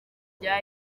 rya